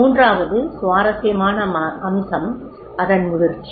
மூன்றாவது சுவாரஸ்யமான அம்சம் அதன் முதிர்ச்சி